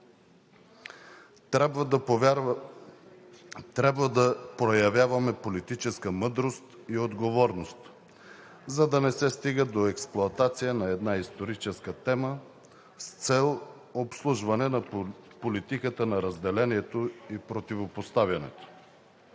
Трябва да проявяваме политическа мъдрост и отговорност, за да не се стига до експлоатацията на една историческа тема, с цел обслужване на политиката на разделението и противопоставянето.